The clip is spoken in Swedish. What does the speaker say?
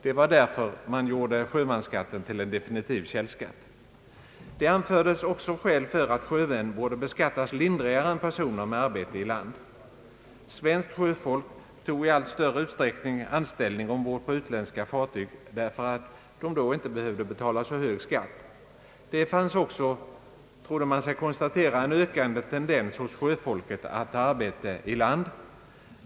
Det var därför man gjorde sjömansskatten till en definitiv källskatt. Det anfördes också skäl för att sjömän borde beskattas lindrigare än personer med arbete i land. Svenskt sjöfolk tog i allt större utsträckning anställning ombord på utländska fartyg därför att de då inte behövde betala så hög skatt. Det fanns också, trodde man sig kunna konstatera, en ökande tendens hos sjöfolket att ta arbete i land.